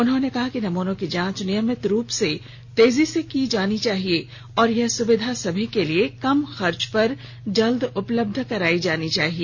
उन्होंने कहा कि नमूनों की जांच नियमित रूप से तेजी से की जानी चाहिए और यह सुविधा सभी के लिए कम खर्च पर जल्द उपलब्ध कराई जानी चाहिए